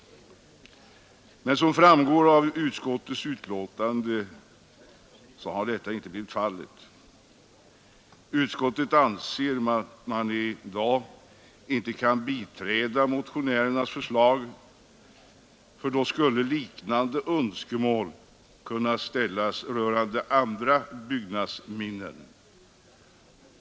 Som framgår av utskottets betänkande har detta dock inte blivit fallet. Utskottet menar att man i dag inte kan biträda motionärernas förslag, ty då skulle liknande önskemål kunna framställas rörande andra byggnadsminnen.